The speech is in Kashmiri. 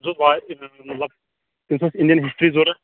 تٔمِس اوس تٔمِس اوس انڈین ہِسٹری ضروٗرت